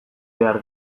behar